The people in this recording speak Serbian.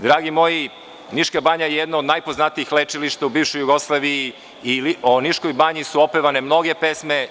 Dragi moji, Niška banja je jedno od najpoznatijih banjskih lečilišta u bivšoj Jugoslaviji i o Niškoj banji su opevane mnoge pesme.